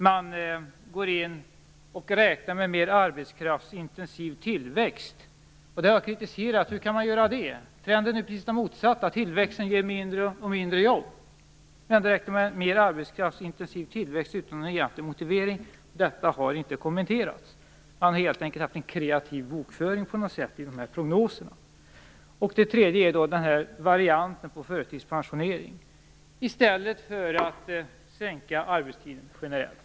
Man räknar med en mer arbetskraftsintensiv tillväxt. Det har jag kritiserat. Hur kan man göra det? Trenden är ju precis den motsatta. Tillväxten ger mindre och mindre jobb, och ändå räknar man med en mer arbetskraftsintensiv tillväxt utan någon egentlig motivering. Detta har inte kommenterats. Man har helt enkelt haft en kreativ bokföring i de här prognoserna. Dessutom har vi den här varianten på förtidspensionering i stället för att sänka arbetstiden generellt.